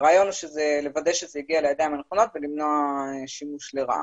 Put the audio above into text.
הרעיןו הוא לוודא שזה הגיע לידיים הנכונות ולמנוע שימוש לרעה.